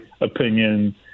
opinion